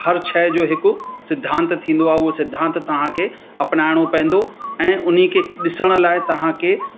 हर शइ जो हिकु सिद्धांत थींदो आहे उहो सिद्धांत तव्हांखे अपनाइणो पवंदो ऐं उन खे ॾिसण लाइ तव्हांखे